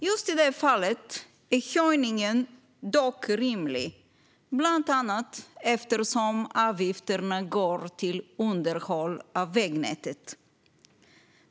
Just i det här fallet är höjningen rimlig, bland annat eftersom avgifterna går till underhåll av vägnätet.